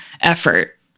effort